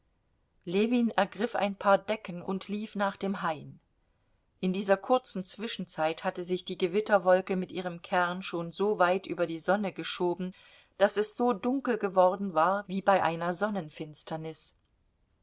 ljewin ergriff ein paar decken und lief nach dem hain in dieser kurzen zwischenzeit hatte sich die gewitterwolke mit ihrem kern schon so weit über die sonne geschoben daß es so dunkel geworden war wie bei einer sonnenfinsternis